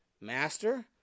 Master